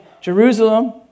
Jerusalem